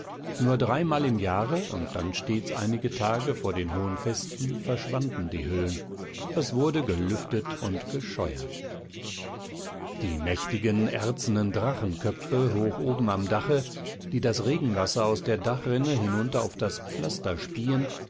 nur dreimal im jahre und dann stets einige tage vor den hohen festen verschwanden die hüllen es wurde gelüftet und gescheuert die mächtigen erzenen drachenköpfe hoch oben am dache die das regenwasser aus der dachrinne hinunter auf das pflaster spieen